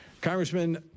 Congressman